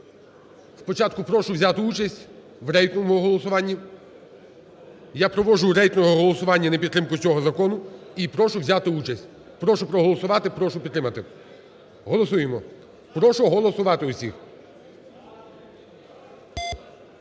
Спочатку прошу взяти участь в рейтинговому голосуванні, я проводжу рейтингове голосування на підтримку цього закону і прошу взяти участь. Прошу проголосувати, прошу підтримати. Голосуємо. Прошу голосувати всіх.